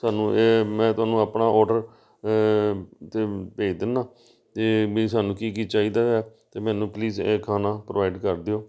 ਤੁਹਾਨੂੰ ਇਹ ਮੈਂ ਤੁਹਾਨੂੰ ਆਪਣਾ ਔਡਰ ਅਤੇ ਭੇਜ ਦਿੰਦਾ ਅਤੇ ਵੀ ਸਾਨੂੰ ਕੀ ਕੀ ਚਾਹੀਦਾ ਆ ਅਤੇ ਮੈਨੂੰ ਪਲੀਜ਼ ਇਹ ਖਾਣਾ ਪ੍ਰੋਵਾਈਡ ਕਰ ਦਿਓ